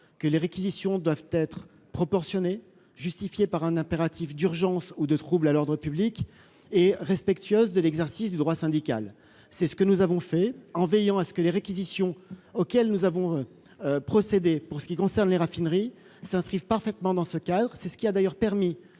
que les réquisitions doivent être proportionnées, justifié par un impératif d'urgence ou de troubles à l'ordre public et respectueuse de l'exercice du droit syndical, c'est ce que nous avons fait en veillant à ce que les réquisitions auxquelles nous avons procédé, pour ce qui concerne les raffineries s'inscrivent parfaitement dans ce cadre, c'est ce qui a d'ailleurs permis